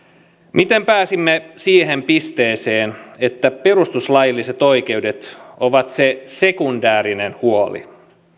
miten pääsimme siihen pisteeseen että perustuslailliset oikeudet ovat se sekundäärinen huoli